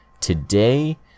Today